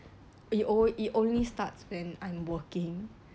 it alwa~ it only starts when i'm working